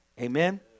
Amen